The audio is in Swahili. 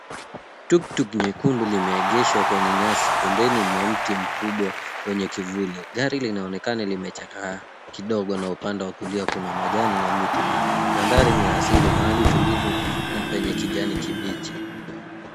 Tuktuk nyekundu limeegeshwa kwenye nyasi pembeni mwa mti mkubwa kwenye kivuli, gari linaonekana limechakaa kidogo na upande wa kulia kuna majani na miti. Mandhari ni ya asili mahali tulivu na penye kijani kibichi.